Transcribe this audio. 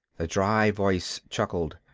the dry voice chuckled.